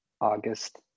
August